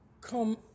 come